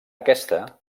aquesta